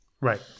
Right